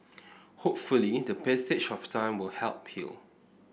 hopefully the passage of time will help heal